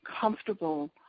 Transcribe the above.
comfortable